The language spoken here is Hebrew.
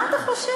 מה אתה חושב?